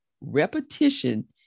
repetition